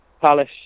Palace